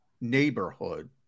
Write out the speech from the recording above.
neighborhood